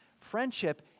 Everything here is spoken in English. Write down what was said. Friendship